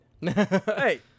Hey